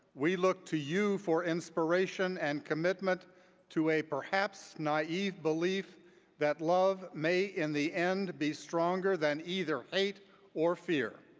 we look to you for inspiration and commitment to a perhaps naive belief that love may in the end be stronger than either hate or fear.